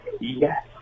Yes